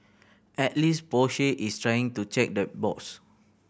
at least Porsche is trying to check the box